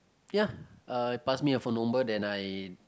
ya pass me her phone number then I